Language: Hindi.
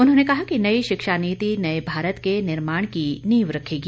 उन्होंने कहा कि नई शिक्षा नीति नये भारत के निर्माण की नींव रखेगी